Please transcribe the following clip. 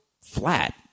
flat